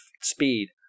speed